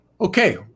Okay